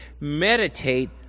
meditate